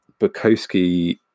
Bukowski